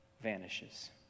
vanishes